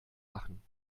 machen